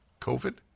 COVID